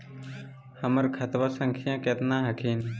हमर खतवा संख्या केतना हखिन?